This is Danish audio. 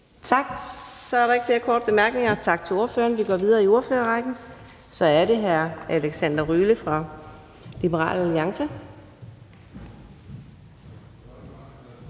Tak. Så er der ikke flere korte bemærkninger. Tak til ordføreren. Vi går videre i ordførerrækken. Så er det hr. Alexander Ryle fra Liberal Alliance.